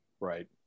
Right